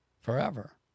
forever